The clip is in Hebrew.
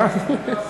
כשנהנים,